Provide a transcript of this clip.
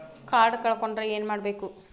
Card ಕಳ್ಕೊಂಡ್ರ ಏನ್ ಮಾಡಬೇಕು?